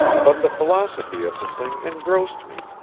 but the philosophy of the thing engrossed me,